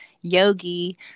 yogi